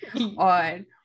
on